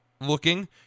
looking